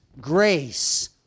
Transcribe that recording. grace